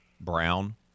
Brown